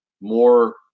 more